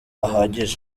ahagije